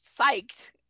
psyched